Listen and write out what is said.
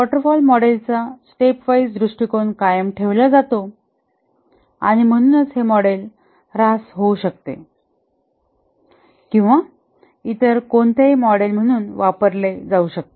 water fall मॉडेलचा stepwise दृष्टीकोन कायम ठेवला जातो आणि म्हणूनच हे मॉडेल हास होऊ शकते किंवा इतर कोणत्याही मॉडेल म्हणून वापरले जाऊ शकते